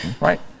right